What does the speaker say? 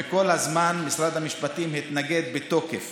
וכל הזמן משרד המשפטים התנגד בתוקף